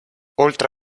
oltre